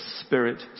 Spirit